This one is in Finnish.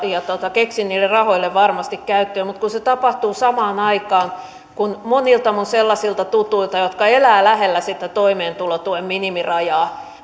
keksin niille rahoille varmasti käyttöä mutta kun se tapahtuu samaan aikaan kun leikataan monilta minun sellaisilta tutuiltani jotka elävät lähellä sitä toimeentulotuen minimirajaa